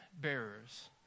bearers